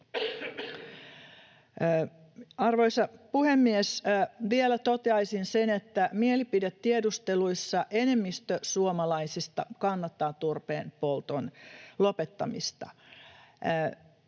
Arvoisa puhemies! Vielä toteaisin sen, että mielipidetiedusteluissa enemmistö suomalaisista kannattaa turpeenpolton lopettamista.